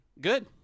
good